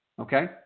Okay